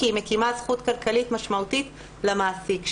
כי היא מקימה זכות כלכלית משמעותית למעסיק שלה.